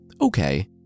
Okay